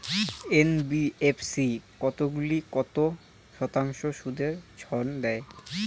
NBFC কতগুলি কত শতাংশ সুদে ঋন দেয়?